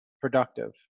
productive